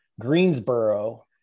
Greensboro